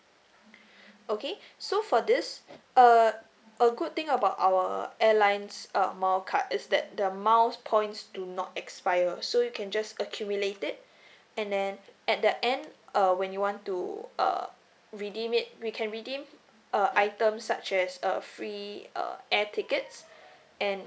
okay so for this uh a good thing about our airlines air mile card is that the miles points do not expire so you can just accumulated and then at the end uh when you want to uh redeem it we can redeem err item such as err free uh air tickets and